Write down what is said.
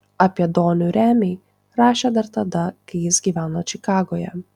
apie donių remį rašė dar tada kai jis gyveno čikagoje